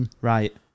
Right